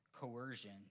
coercion